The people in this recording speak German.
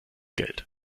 geld